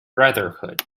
brotherhood